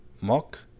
mock